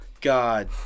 God